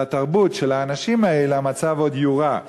והתרבות של האנשים האלה, המצב עוד יורע.